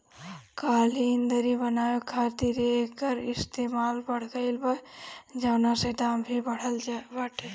कालीन, दर्री बनावे खातिर एकर इस्तेमाल बढ़ गइल बा, जवना से दाम भी बढ़ल बाटे